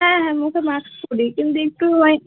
হ্যাঁ হ্যাঁ মুখে মাস্ক পরি কিন্তু একটু ওই